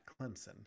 Clemson